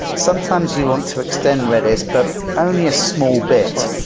sometimes you want to extend redis but only a small bit.